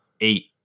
eight